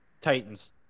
Titans